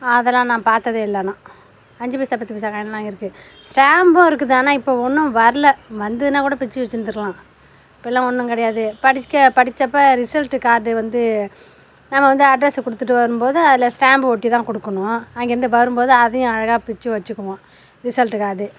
அதெல்லாம் நான் பார்த்ததேயில்ல ஆனால் அஞ்சுப்பைசா பத்துபைசா காயினுலாம் இருக்குது ஸ்டாம்பும் இருக்குது ஆனால் இப்போ ஒன்றும் வரலை வந்ததுனா கூட பிச்சு வச்சுர்ந்துட்லாம் இப்படிலாம் ஒன்றும் கிடையாது படிக்க படித்தப்ப ரிசல்ட்டு கார்டு வந்து நாம் வந்து அட்ரெஸ் கொடுத்துட்டு வரும் போது அதுல ஸ்டாம்பு ஒட்டித்தான் கொடுக்கணும் அஙகேருந்து வரும்போது அதையும் அழகாக பிச்சு வச்சுக்குவோம் ரிசல்ட்டு கார்டு